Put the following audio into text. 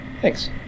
thanks